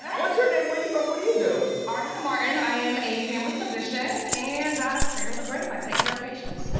what's your name, where are you from, what do you do? ariana morgan i am a family physician, and um cradle to grave, i take care of patients,